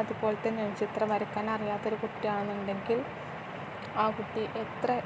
അതു പോലെ തന്നെ ചിത്രം വരയ്ക്കാൻ അറിയാത്തൊരു കുട്ടിയാണെന്നുണ്ടെങ്കിൽ ആ കുട്ടി എത്ര